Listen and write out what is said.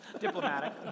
diplomatic